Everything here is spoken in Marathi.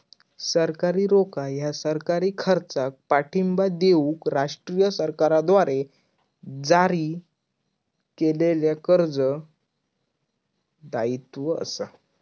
सरकारी रोखा ह्या सरकारी खर्चाक पाठिंबा देऊक राष्ट्रीय सरकारद्वारा जारी केलेल्या कर्ज दायित्व असा